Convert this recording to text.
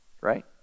Right